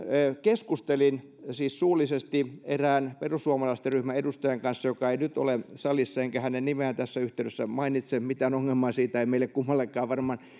keskustelin siis suullisesti erään perussuomalaisten ryhmän edustajan kanssa joka ei nyt ole salissa enkä hänen nimeään tässä yhteydessä mainitse vaikka mitään ongelmaa siitä ei meille kummallekaan varmaan